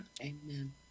Amen